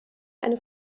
eine